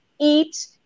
eat